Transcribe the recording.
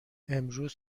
امروز